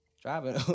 driving